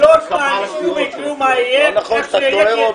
ולא שניים ישבו ויקבעו מה יהיה ואיך זה יהיה.